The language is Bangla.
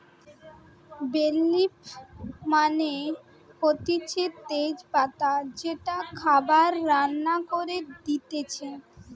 বে লিফ মানে হতিছে তেজ পাতা যেইটা খাবার রান্না করে দিতেছে